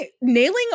nailing